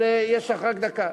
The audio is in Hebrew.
אבל יש לך רק דקה.